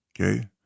Okay